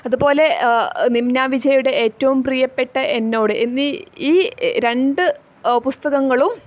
അതുപോലെ നിമ്നാ വിജയുടെ ഏറ്റവും പ്രിയപ്പെട്ട എന്നോട് എന്നീ രണ്ട് പുസ്തകങ്ങളും